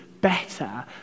better